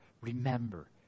remember